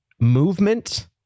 movement